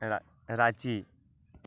Ranchi